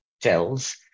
tells